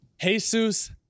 jesus